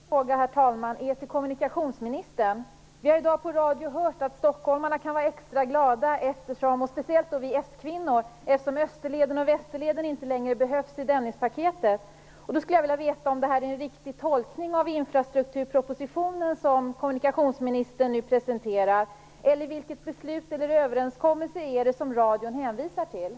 Herr talman! Min fråga riktar jag till kommunikationsministern. Vi har i dag på radio hört att stockholmarna, speciellt vi s-kvinnor, kan vara extra glada, eftersom Österleden och Västerleden inte längre behövs i Dennispaketet. Då skulle jag vilja veta: Är det här en riktig tolkning av infrastrukturpropositionen, som kommunikationsministern nu presenterar, eller vilket beslut eller överenskommelse är det som radion hänvisar till?